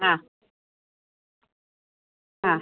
ആ ആ